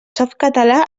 softcatalà